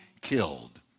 killed